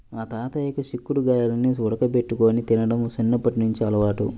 మా తాతయ్యకి చిక్కుడు గాయాల్ని ఉడకబెట్టుకొని తినడం చిన్నప్పట్నుంచి అలవాటు